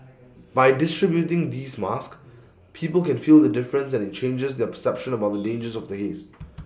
by distributing these masks people can feel the difference and IT changes their perception about the dangers of the haze